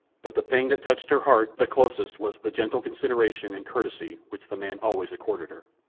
but the thing that touched her heart the closest was the gentle consideration and courtesy which the man always accorded her.